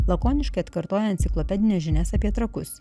lakoniškai atkartoja enciklopedines žinias apie trakus